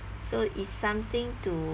so it's something to